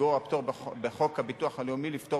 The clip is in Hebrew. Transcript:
הפטור בחוק הביטוח הלאומי יגרור לפטור